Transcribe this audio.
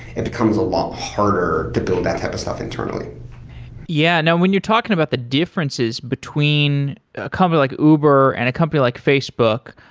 it becomes a lot harder to build that type of stuff internally yeah. now when you're talking about the differences between a company like uber and a company like facebook,